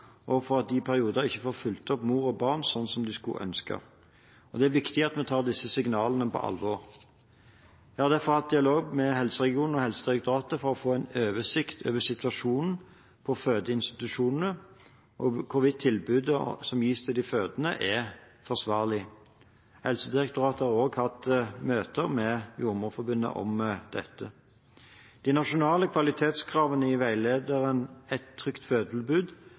og for at de i perioder ikke får fulgt opp mor og barn sånn som de skulle ønske. Det er viktig at vi tar disse signalene på alvor. Jeg har derfor hatt dialog med helseregionene og Helsedirektoratet for å få en oversikt over situasjonen på fødeinstitusjonene og hvorvidt tilbudet som gis til de fødende, er forsvarlig. Helsedirektoratet har også hatt møter med Jordmorforbundet om dette. De nasjonale kvalitetskravene i veilederen «Et trygt fødetilbud»